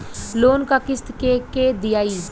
Loan क किस्त के के दियाई?